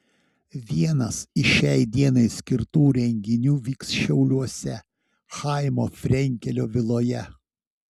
vienas iš šiai dienai skirtų renginių vyks šiauliuose chaimo frenkelio viloje